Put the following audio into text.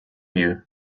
you